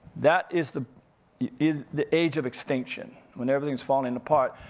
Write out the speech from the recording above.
that is the is the age of extinction. when everything's falling apart.